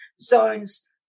zones